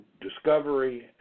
discovery